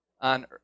On